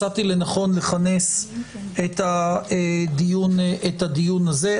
מצאתי לנכון לכנס את הדיון הזה.